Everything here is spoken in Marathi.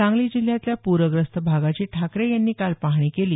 सांगली जिल्ह्यातल्या प्रग्रस्त भागाची ठाकरे यांनी काल पाहणी केली